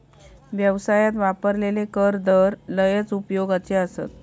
व्यवसायात वापरलेले कर दर लयच उपयोगाचे आसत